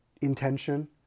intention